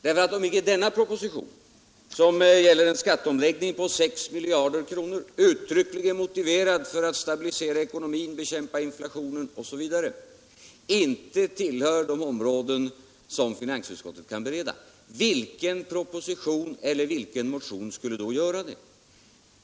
Om icke denna proposition, som gäller en skatteomläggning på sex miljarder kronor, uttryckligen motiverad för att stabilisera ekonomin, bekämpa inflationen osv., inte tillhör de områden som finansutskottet kan bereda, vilken proposition eller vilken motion skulle då göra det?